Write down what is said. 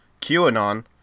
QAnon